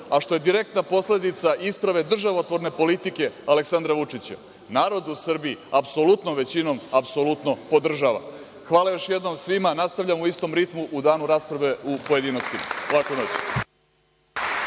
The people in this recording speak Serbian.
a što je direktna posledica ispravne državotvorne politike Aleksandra Vučića, narod u Srbiji apsolutno većinom apsolutno podržava. Hvala još jednom svima. Nastavljamo u istom ritmu u pojedinostima.